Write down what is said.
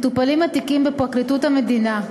התיקים מטופלים בידי פרקליטות המדינה,